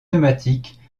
pneumatiques